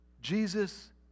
Jesus